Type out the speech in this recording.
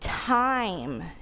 Time